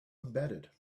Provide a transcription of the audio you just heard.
embedded